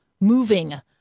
moving